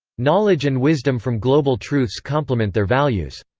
knowledge and wisdom from global truths complement their values.